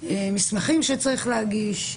מסמכים שצריך להגיש.